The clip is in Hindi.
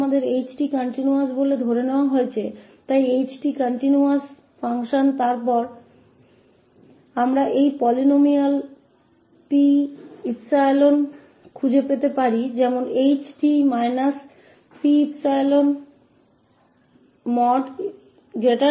इसलिए चूंकि यहां ℎ𝑡 को सतत माना जाता है इसलिए ℎ𝑡 continuous फंक्शन है तो हम एक बहुपद 𝑃𝜖 जैसे